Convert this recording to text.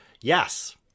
Yes